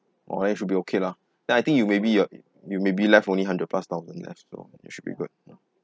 oh then should be okay lah then I think you maybe yeah you maybe left only hundred plus thousand left loh you should be good